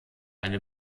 eine